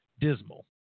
dismal